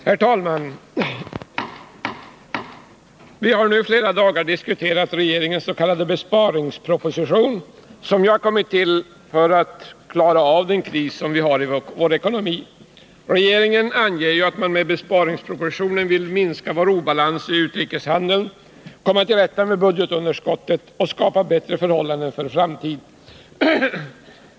Herr talman! Vi har i flera dagar diskuterat regeringens s.k. besparingsproposition, som ju har kommit till för att klara av den kris vi har i vår ekonomi. Regeringen anger att man genom besparingspropositionen vill minska vår obalans i utrikeshandeln, komma till rätta med budgetunderskottet och skapa bättre förhållanden för framtiden.